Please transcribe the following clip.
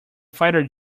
fighter